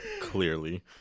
clearly